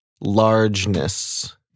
largeness